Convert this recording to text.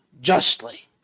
justly